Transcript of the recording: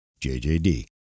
JJD